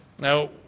Now